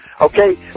Okay